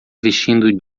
vestindo